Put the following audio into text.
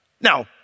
Now